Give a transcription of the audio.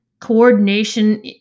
coordination